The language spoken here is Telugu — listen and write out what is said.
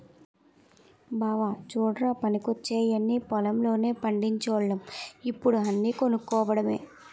బావా చుడ్రా పనికొచ్చేయన్నీ పొలం లోనే పండిచోల్లం ఇప్పుడు అన్నీ కొనుక్కోడమే